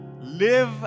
live